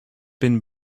been